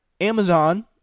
Amazon